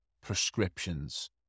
prescriptions